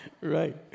Right